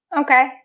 Okay